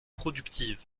productive